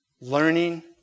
learning